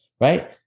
right